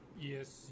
yes